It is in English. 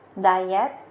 diet